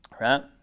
right